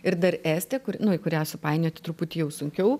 ir dar estija kur nu į kurią supainioti truputį jau sunkiau